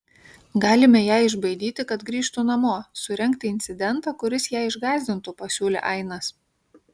galime ją išbaidyti kad grįžtų namo surengti incidentą kuris ją išgąsdintų pasiūlė ainas